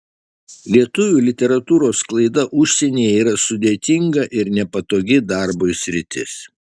lietuvių literatūros sklaida užsienyje yra sudėtinga ir nepatogi darbui sritis